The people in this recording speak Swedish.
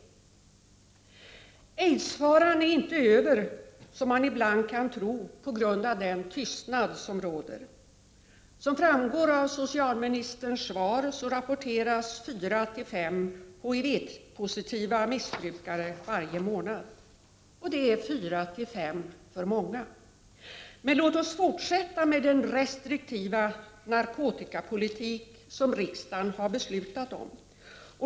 Aidsfaran är inte över, som man ibland kan tro på grund av den tystnad som råder. Som framgår av socialministerns svar rapporteras 4-5 HIV-positiva missbrukare varje månad. Det är 4-5 för många. Men låt oss fortsätta med den restriktiva narkotikapolitik som riksdagen har beslutat om.